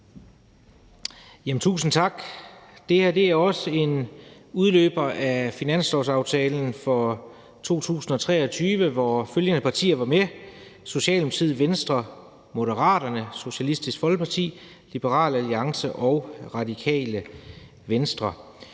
Tusind tak. Det her er også en udløber af finanslovsaftalen for 2023, hvor følgende partier var med: Socialdemokratiet, Venstre, Moderaterne, Socialistisk Folkeparti, Liberal Alliance og Radikale Venstre.